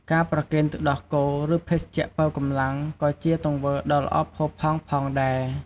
ការប្រគេនទឹកដោះគោ ឬភេសជ្ជៈប៉ូវកម្លាំង ក៏ជាទង្វើដ៏ល្អផូរផង់ផងដែរ។